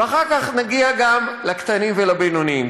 ואחר כך נגיע גם לקטנים ולבינוניים.